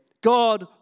God